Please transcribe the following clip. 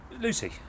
Lucy